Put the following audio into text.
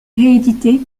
réédités